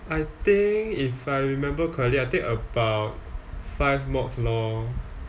I think if I remember correctly I think about five mods lor